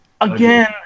Again